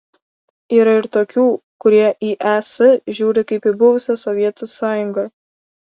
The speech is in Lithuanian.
yra ir tokių kurie į es žiūri kaip į buvusią sovietų sąjungą